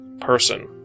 person